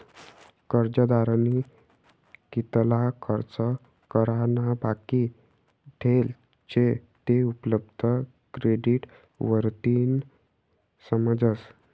कर्जदारनी कितला खर्च करा ना बाकी ठेल शे ते उपलब्ध क्रेडिट वरतीन समजस